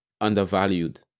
undervalued